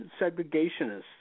segregationists